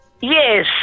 Yes